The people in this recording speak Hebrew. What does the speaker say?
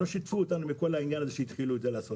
לא שיתפו אותנו בכל זה כשהתחילו לעשות